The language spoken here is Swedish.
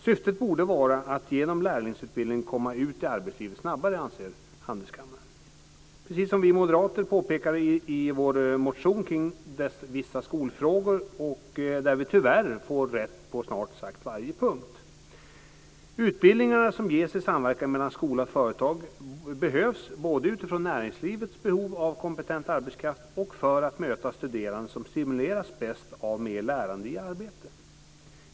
Syftet borde vara att genom lärlingsutbildningen komma ut i arbetslivet snabbare, anser Handelskammaren. Det är precis vad vi moderater påpekar i vår motion om vissa skolfrågor, där vi tyvärr får rätt på snart sagt varje punkt. Utbildningarna som ges i samverkan mellan skola och företag behövs både utifrån näringslivets behov av kompetent arbetskraft och för att möta studerande som stimuleras bäst av mer lärande i arbete.